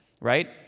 right